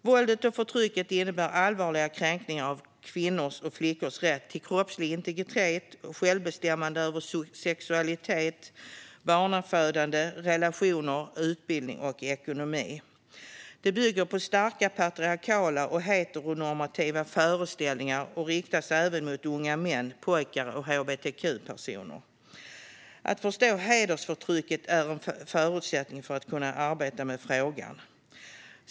Våldet och förtrycket innebär allvarliga kränkningar av kvinnors och flickors rätt till kroppslig integritet och självbestämmande över sexualitet, barnafödande, relationer, utbildning och ekonomi. Det bygger på starka patriarkala och heteronormativa föreställningar och riktas även mot unga män, pojkar och hbtq-personer. Att förstå hedersförtrycket är en förutsättning för att kunna arbeta med frågan.